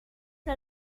que